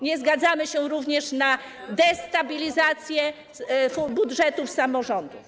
Nie zgadzamy się również na destabilizację budżetów samorządów.